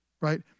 right